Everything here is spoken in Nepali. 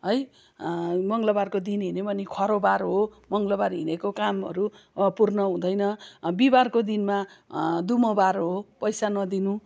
है मङ्गलबारको दिन हिँढ्यो भने खरो बार हो मङ्गलबार हिँडेको कामहरू पूर्ण हुँदैन बिहिबारको दिनमा दुमो बार हो पैसा नदिनु